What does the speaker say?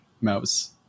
Mouse